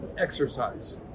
Exercise